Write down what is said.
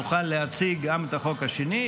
נוכל להציג גם את החוק השני.